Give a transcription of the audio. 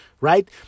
right